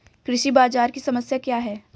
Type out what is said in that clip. कृषि बाजार की समस्या क्या है?